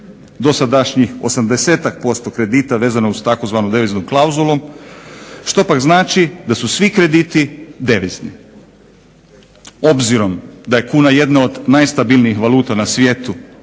Dosadašnjih 80-tak posto kredita vezano je uz tzv. deviznu klauzulu što pak znači da su svi krediti devizni. Obzirom da je kuna jedna od najstabilnijih valuta na svijetu